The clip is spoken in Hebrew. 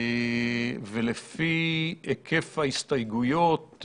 ולפי היקף ההסתייגויות,